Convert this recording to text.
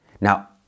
now